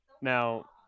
Now